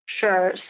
Sure